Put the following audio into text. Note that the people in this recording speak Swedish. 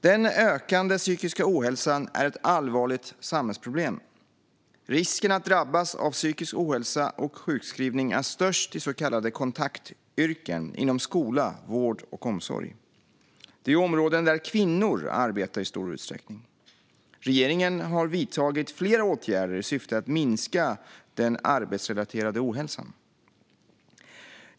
Den ökande psykiska ohälsan är ett allvarligt samhällsproblem. Risken att drabbas av psykisk ohälsa och sjukskrivning är störst i så kallade kontaktyrken inom skola, vård och omsorg. Det är områden där kvinnor arbetar i stor utsträckning. Regeringen har vidtagit flera åtgärder i syfte att minska den arbetsrelaterade ohälsan.